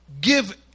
Give